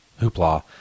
hoopla